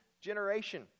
generation